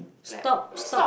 stop stop